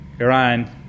iran